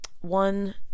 One